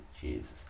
Jesus